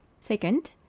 Second